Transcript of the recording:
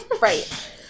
Right